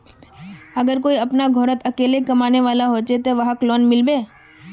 अगर कोई अपना घोरोत अकेला कमाने वाला होचे ते वहाक लोन मिलबे?